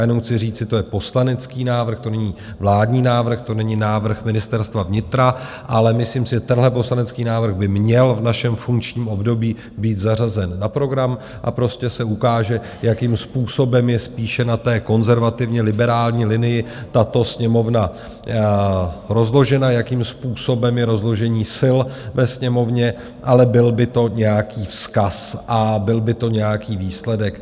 Jenom chci říct, že to je poslanecký návrh, to není vládní návrh, to není návrh Ministerstva vnitra, ale myslím si, že tenhle poslanecký návrh by měl v našem funkčním období být zařazen na program, a prostě se ukáže, jakým způsobem je spíše na té konzervativně liberální linii tato Sněmovna rozložena, jakým způsobem je rozložení sil ve Sněmovně, ale byl by to nějaký vzkaz a byl by to nějaký výsledek.